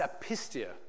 apistia